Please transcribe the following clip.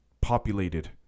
populated